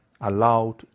allowed